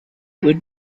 would